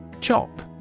Chop